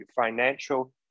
financial